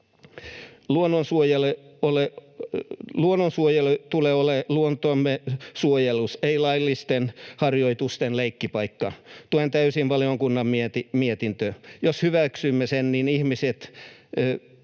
Luonnonsuojelun tulee olla luontomme suojelus, ei laillisten harjoitusten leikkipaikka. Tuen täysin valiokunnan mietintöä. Jos hyväksymme sen, sekä ihmiset